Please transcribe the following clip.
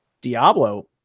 Diablo